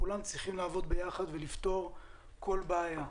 כולם צריכים לעבוד ביחד ולפתור כל בעיה,